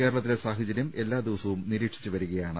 കേരളത്തിലെ സാഹചര്യം എല്ലാ ദിവ സവും നിരീക്ഷിച്ച് വരികയാണ്